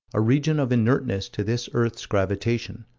a region of inertness to this earth's gravitation,